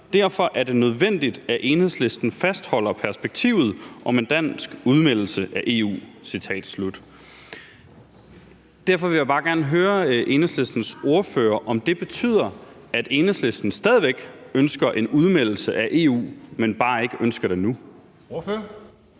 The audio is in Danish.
»Derfor er det nødvendigt, at Enhedslisten fastholder perspektivet om en dansk udmeldelse af EU.« Derfor vil jeg bare gerne høre Enhedslistens ordfører, om det betyder, at Enhedslisten stadig væk ønsker en udmeldelse af EU, men bare ikke ønsker det nu? Kl.